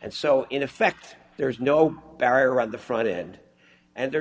and so in effect there is no barrier on the front end and the